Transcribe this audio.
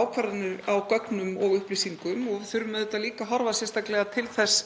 ákvarðanir á gögnum og upplýsingum og við þurfum auðvitað líka að horfa sérstaklega til þess